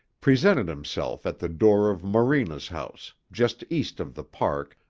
presented himself at the door of morena's house, just east of the park,